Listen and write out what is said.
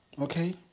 Okay